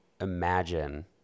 imagine